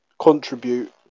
contribute